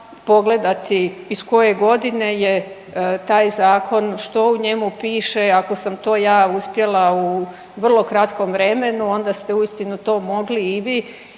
pogledati iz koje godine je taj zakon, što u njemu piše. Ako sam to ja uspjela u vrlo kratkom vremenu, onda ste uistinu to mogli i vi